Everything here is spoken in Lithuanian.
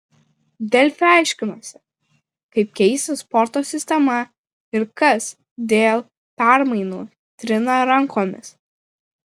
delfi aiškinosi kaip keisis sporto sistema ir kas dėl permainų trina rankomis